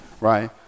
right